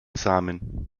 samen